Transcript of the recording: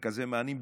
מרכזי מענים,